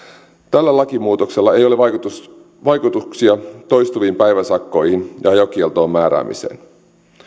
tällä lakimuutoksella ei ole vaikutuksia toistuviin päiväsakkoihin ja ajokieltoon määräämiseen